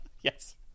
Yes